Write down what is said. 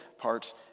parts